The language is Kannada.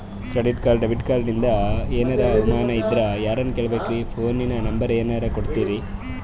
ಕ್ರೆಡಿಟ್ ಕಾರ್ಡ, ಡೆಬಿಟ ಕಾರ್ಡಿಂದ ಏನರ ಅನಮಾನ ಇದ್ರ ಯಾರನ್ ಕೇಳಬೇಕ್ರೀ, ಫೋನಿನ ನಂಬರ ಏನರ ಕೊಡ್ತೀರಿ?